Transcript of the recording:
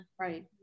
Right